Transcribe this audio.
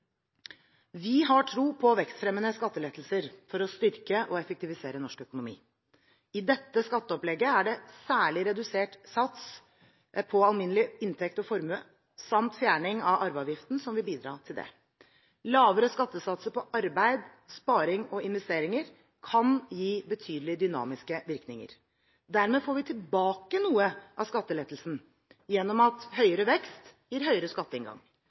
Vi har tro på vekstfremmende skattelettelser for å styrke og effektivisere norsk økonomi. I dette skatteopplegget er det særlig redusert skattesats på alminnelig inntekt og formue, samt fjerning av arveavgiften, som vil bidra til det. Lavere skattesatser på arbeid, sparing og investeringer kan gi betydelige dynamiske virkninger. Dermed får vi tilbake noe av skattelettelsen gjennom at høyere vekst gir større skatteinngang.